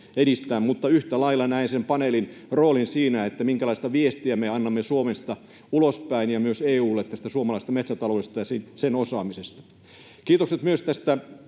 mutta yhtä lailla näen sen paneelin roolin siinä, minkälaista viestiä me annamme Suomesta ulospäin ja myös EU:lle tästä suomalaisesta metsätaloudesta ja sen osaamisesta. Kiitokset myös